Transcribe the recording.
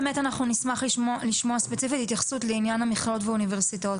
נשמח לשמוע ספציפית התייחסות לעניין המכללות והאוניברסיטאות.